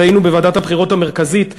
שכשהיינו בוועדת הבחירות המרכזית ביחד,